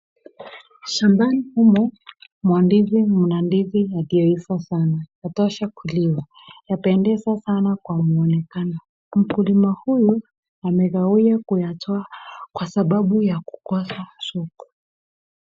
Shambani humu mna ndizi yaliyoiva sana, yatosha kuliwa. Yapendeza sana kwa muonekano. Mkulima huyu amekawia kuyatoa kwa sababu ya kukosa soko.